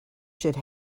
should